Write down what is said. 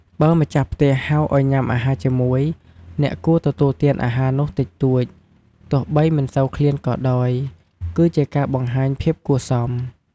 បើម្ចាស់ផ្ទះហៅឲ្យញុំាអាហារជាមួយ អ្នកគួរទទួលទានអាហារនោះតិចតួច ទោះបីមិនសូវឃ្លានក៏ដោយ គឺជាការបង្ហាញភាពគួរសម។